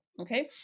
okay